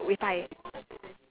ya okay